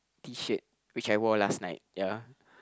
T shirt which I wore last night ya